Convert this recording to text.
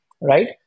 right